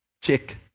Check